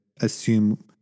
assume